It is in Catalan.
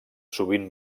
sovint